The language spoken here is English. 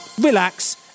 relax